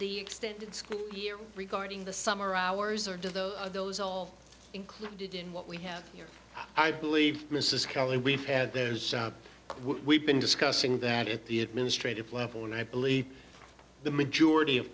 the extended school year regarding the summer hours or do those are those all included in what we have here i believe mrs kelly we've had there's we've been discussing that at the administrative level and i believe the majority of